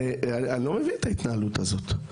אני לא מבין את ההתנהלות הזאת,